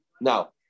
Now